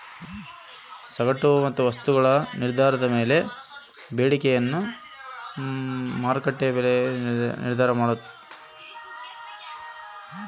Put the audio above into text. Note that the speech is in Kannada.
ಹಣ್ಣು ಮತ್ತು ತರಕಾರಿಗಳ ಮಾರುಕಟ್ಟೆಯ ಬೆಲೆ ಯಾವ ರೇತಿಯಾಗಿ ನಿರ್ಧಾರ ಮಾಡ್ತಿರಾ?